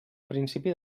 principis